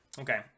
okay